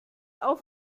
auf